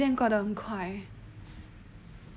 时间过的很快